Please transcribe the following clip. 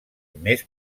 més